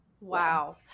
Wow